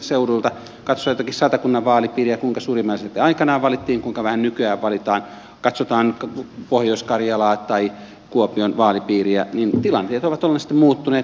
kun katsoo jotakin satakunnan vaalipiiriä kuinka suuri määrä sieltä aikanaan valittiin kuinka vähän nykyään valitaan katsotaan pohjois karjalaa tai kuopion vaalipiiriä niin tilanteet ovat olennaisesti muuttuneet